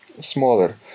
smaller